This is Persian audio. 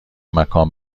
مکان